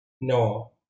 no